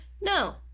No